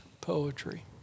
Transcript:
poetry